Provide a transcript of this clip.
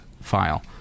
file